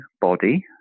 body